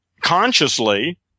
consciously